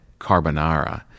Carbonara